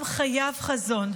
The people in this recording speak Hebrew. עם חייב חזון.